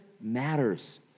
matters